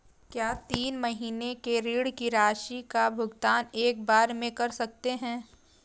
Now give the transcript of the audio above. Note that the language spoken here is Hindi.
क्या तीन महीने के ऋण की राशि का भुगतान एक बार में कर सकते हैं?